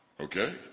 okay